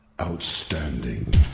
outstanding